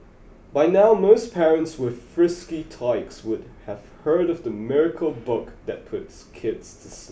by now most parents with frisky tykes would have heard of the miracle book that puts kids to